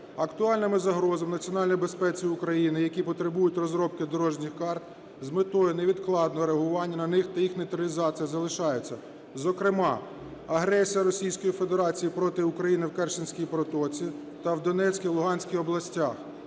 Актуальними загрозами національній безпеці України, які потребують розробки дорожніх карт з метою невідкладного реагування на них та їх нейтралізація залишається. Зокрема, агресія Російської Федерації проти України в Керченській протоці та в Донецькій і Луганській областях,